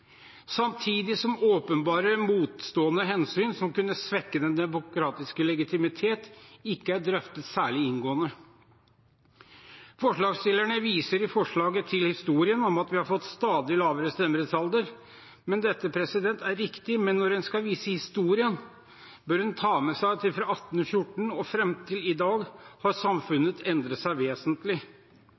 Samtidig er åpenbare, motstående hensyn som kunne svekke den demokratiske legitimiteten, ikke drøftet særlig inngående. Forslagsstillerne viser i forslaget til historien om at vi har fått stadig lavere stemmerettsalder. Dette er riktig, men når en skal vise til historien, bør en ta med seg at fra 1814 og fram til i dag har samfunnet endret seg vesentlig.